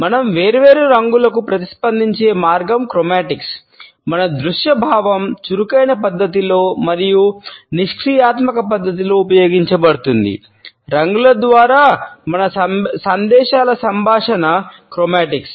మనం వేర్వేరు రంగులకు ప్రతిస్పందించే మార్గం క్రోమాటిక్స్